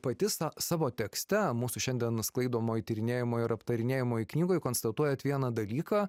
pati sa savo tekste mūsų šiandien sklaidomoj tyrinėjamoj ir aptarinėjamoj knygoj konstatuojat vieną dalyką